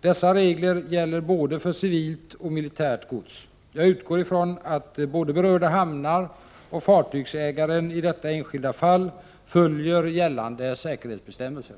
Dessa regler gäller för både civilt och militärt gods. Jag utgår ifrån att både berörda hamnar och fartygsägaren i detta enskilda fall följer gällande säkerhetsbestämmelser.